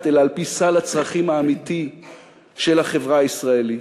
אלא על-פי סל הצרכים האמיתי של החברה הישראלית.